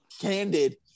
candid